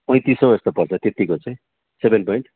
पैँतिस सौ जस्तो पर्छ त्यतिको चाहिँ सेभेन पोइन्ट